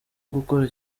gukora